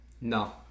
No